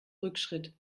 rückschritt